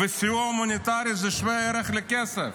וסיוע הומניטרי זה שווה ערך לכסף.